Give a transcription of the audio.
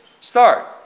start